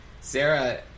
Sarah